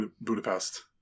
Budapest